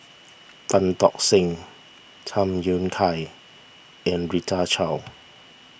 Tan Tock Seng Tham Yui Kai and Rita Chao